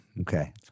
Okay